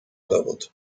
dowód